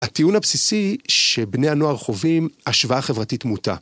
הטיעון הבסיסי, שבני הנוער חווים השוואה חברתית מוטה.